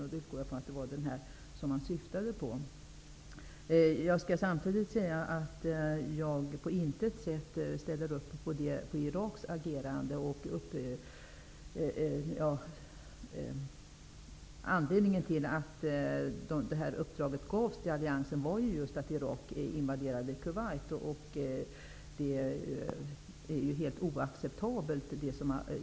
Jag utgår då från att det bl.a. var den här resolutionen som åsyftades. Jag ställer mig på intet sätt bakom Iraks agerande. Anledningen till att uppdraget gavs till alliansen var att Irak invaderade Kuwait.